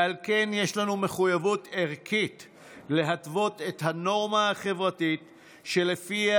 לכן יש לנו מחויבות ערכית להתוות את הנורמה החברתית שלפיה